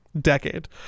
decade